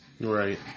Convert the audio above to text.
Right